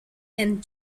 and